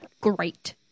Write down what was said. great